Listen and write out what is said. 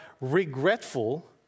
regretful